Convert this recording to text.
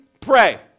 pray